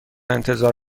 انتظار